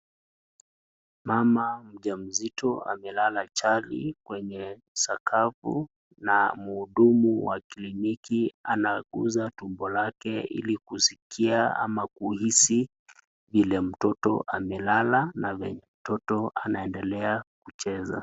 Mama mjamzito amelala chali kwenye sakafu ,na mhudumu wa kliniki anaguza tumbo lake ili kusikia ama kuhisi vile mtoto amelala na venye mtoto anaendelea kucheza.